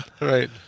Right